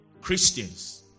Christians